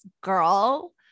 girl